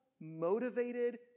motivated